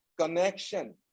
connection